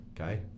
okay